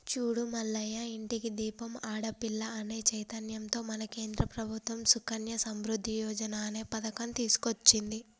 చూడు మల్లయ్య ఇంటికి దీపం ఆడపిల్ల అనే చైతన్యంతో మన కేంద్ర ప్రభుత్వం సుకన్య సమృద్ధి యోజన అనే పథకం తీసుకొచ్చింది